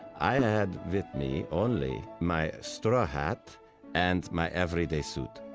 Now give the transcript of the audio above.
i ah had with me only my straw hat and my everyday suit.